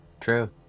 True